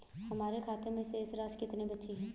हमारे खाते में शेष राशि कितनी बची है?